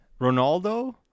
Ronaldo